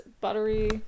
buttery